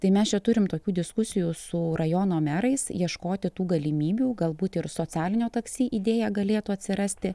tai mes čia turim tokių diskusijų su rajono merais ieškoti tų galimybių galbūt ir socialinio taksi idėja galėtų atsirasti